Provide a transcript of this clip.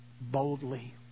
boldly